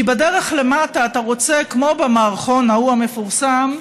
בדרך למטה אתה רוצה, כמו במערכון ההוא, המפורסם,